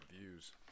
views